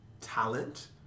talent